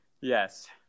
Yes